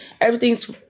Everything's